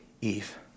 Eve